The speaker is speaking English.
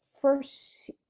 first